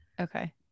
Okay